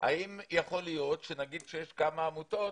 האם יכול להיות שנגיד שכאשר יש כמה עמותות,